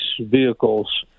vehicles